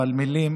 אבל מילים